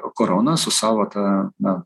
korona su savo ta na